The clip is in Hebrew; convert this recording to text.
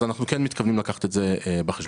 אז אנחנו כן מתכוונים לקחת את זה בחשבון.